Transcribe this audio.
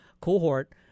cohort